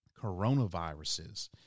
Coronaviruses